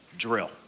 Drill